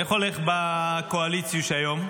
איך הולך בקואליציוש היום?